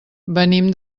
venim